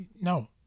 No